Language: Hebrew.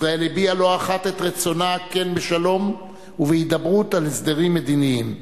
ישראל הביעה לא אחת את רצונה הכן בשלום ובהידברות על הסדרים מדיניים,